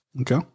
Okay